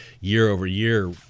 year-over-year